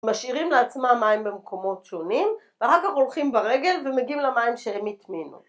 משאירים לעצמם מים במקומות שונים ואחר כך הולכים ברגל ומגיעים למים שהם הטמינו